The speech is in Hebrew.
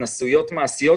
התנסויות מעשויות,